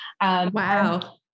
Wow